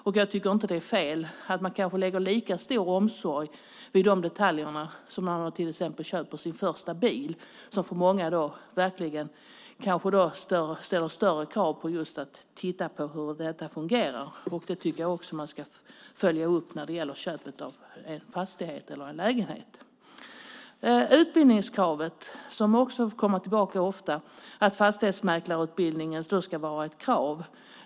Det är inte fel att man lägger lika stor omsorg vid de detaljerna som man gör när man till exempel köper sin första bil. Många ställer större krav på hur bilen fungerar. Jag tycker att man också ska följa upp köpet av en fastighet eller lägenhet. Utbildningskravet kommer ofta tillbaka, det vill säga att fastighetsmäklarutbildningen ska vara ett krav.